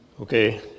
Okay